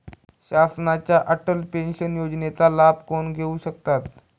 शासनाच्या अटल पेन्शन योजनेचा लाभ कोण घेऊ शकतात?